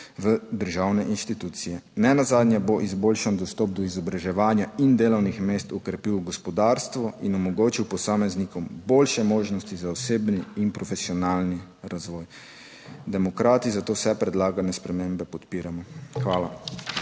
v državne inštitucije. Nenazadnje bo izboljšan dostop do izobraževanja in delovnih mest okrepil gospodarstvo in omogočil posameznikom boljše možnosti za osebni in profesionalni razvoj. Demokrati zato vse predlagane spremembe podpiramo. Hvala.